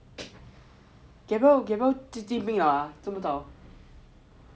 gabriel gabriel 最近进兵啊这么早